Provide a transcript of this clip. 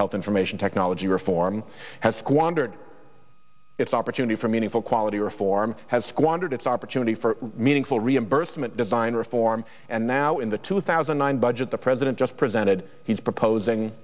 health information technology reform has squandered its opportunity for meaningful quality reform has squandered its opportunity for meaningful reimbursement design reform and now in the two thousand and budget the president just presented he's proposing